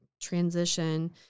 transition